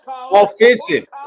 Offensive